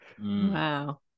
Wow